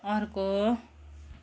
अर्को